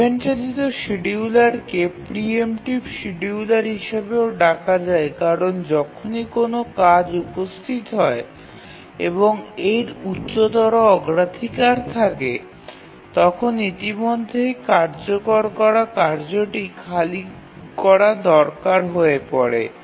event চালিত শিডিয়ুলারগুলিকে preemptive scheduler হিসাবেও ডাকা হয় কারণ যখনই কোনও কাজ উপস্থিত হয় এবং এর উচ্চতর অগ্রাধিকার থাকে তখন ইতিমধ্যে কার্যকর করা কার্যটি খালি করা দরকার হয়ে পড়ে